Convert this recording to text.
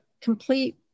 complete